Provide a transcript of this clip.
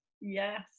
yes